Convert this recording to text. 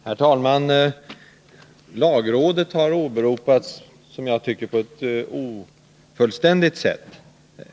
Herr talman! Lagrådet har enligt min mening åberopats på ett ofullständigt sätt.